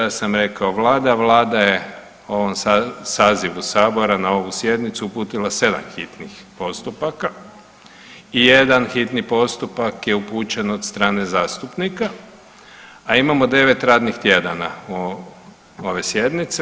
Ja sam rekao Vlada, a Vlada je u ovom sazivu Sabora na ovu sjednicu uputila 7 hitnih postupaka i jedan hitni postupak je upućen od strane zastupnika, a imamo 9 radnih tjedana ove sjednice.